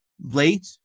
late